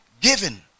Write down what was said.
given